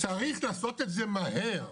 צריך לעשות את זה מהר,